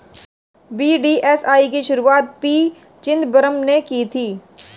VDIS की शुरुआत P Chidambaram ने की थी